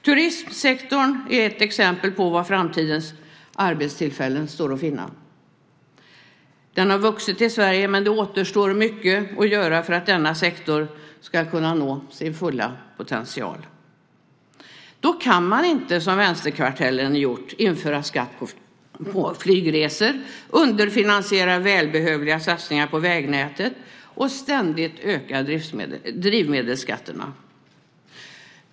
Turismsektorn är ett exempel på var framtidens arbetstillfällen står att finna. Den har vuxit i Sverige, men det återstår mycket att göra för att denna sektor ska kunna nå sin fulla potential. Då kan man inte, som vänsterkartellen har gjort, införa skatt på flygresor, underfinansiera välbehövliga satsningar på vägnätet och ständigt öka drivmedelsskatterna.